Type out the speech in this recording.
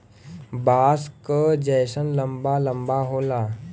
बाँस क जैसन लंबा लम्बा होला